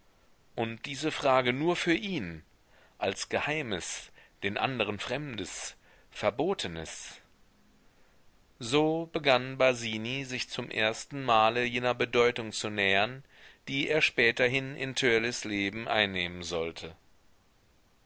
und diese frage nur für ihn als geheimes den anderen fremdes verbotenes so begann basini sich zum ersten male jener bedeutung zu nähern die er späterhin in törleß leben einnehmen sollte